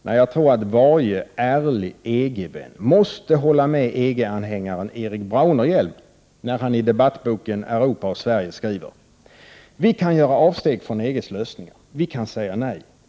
Nej, jag tror att varje ärlig EG-vän måste hålla med EG-anhängaren Erik Braunerhielm när han i debattboken ”Europa och Sverige” skriver: ”Vi kan göra avsteg från EGs lösningar. Vi kan säga nej.